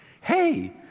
hey